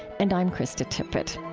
and i'm krista tippett